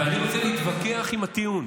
אבל אני רוצה להתווכח עם הטיעון.